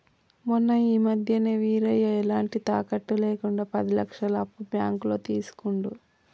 మొన్న ఈ మధ్యనే వీరయ్య ఎలాంటి తాకట్టు లేకుండా పది లక్షల అప్పు బ్యాంకులో తీసుకుండు